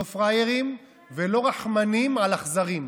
לא פראיירים ולא רחמנים על אכזרים,